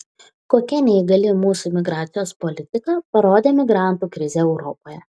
kokia neįgali mūsų migracijos politika parodė migrantų krizė europoje